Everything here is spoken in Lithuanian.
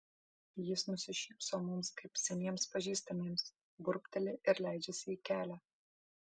jis nusišypso mums kaip seniems pažįstamiems burbteli ir leidžiasi į kelią